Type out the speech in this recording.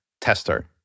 tester